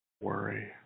worry